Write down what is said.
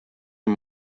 amb